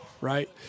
Right